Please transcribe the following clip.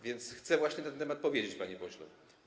Więc chcę właśnie na ten temat powiedzieć, panie pośle.